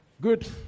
Good